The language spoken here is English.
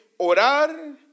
orar